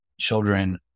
children